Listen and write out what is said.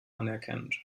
anerkennend